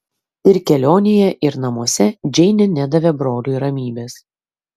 ir kelionėje ir namuose džeinė nedavė broliui ramybės